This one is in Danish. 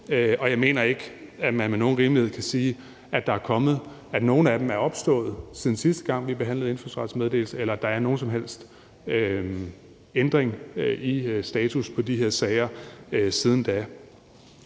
og jeg mener ikke, at man med nogen rimelighed kan sige, at nogen af dem er opstået siden sidste gang, vi behandlede et lovforslag om indfødsrets meddelelse, eller at der har været nogen som helst ændring i status på de her sager siden da.